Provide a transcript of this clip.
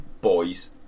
boys